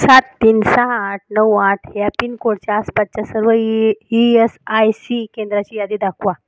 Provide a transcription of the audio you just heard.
सात तीन सहा आठ नऊ आठ ह्या पिनकोडच्या आसपासच्या सर्व E E S I C केंद्राची यादी दाखवा